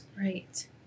Right